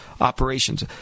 operations